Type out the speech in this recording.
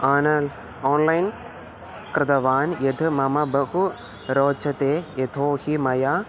आनल् online कृतवान् यत् मम बहु रोचते यथोहि मया